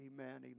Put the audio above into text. Amen